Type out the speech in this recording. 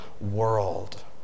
world